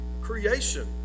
creation